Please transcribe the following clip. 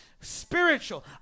spiritual